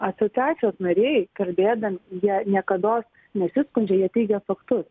asociacijos nariai kalbėdami jie nekados nesiskundžia jie teigia faktus